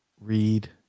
read